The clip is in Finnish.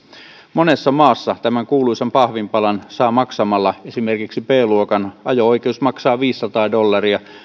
monessa maassa tämän kuuluisan pahvinpalan saa maksamalla esimerkiksi b luokan ajo oikeus maksaa viisisataa dollaria